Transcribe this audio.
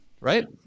right